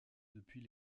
depuis